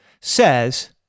says